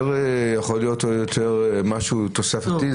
אולי משהו תוספתי.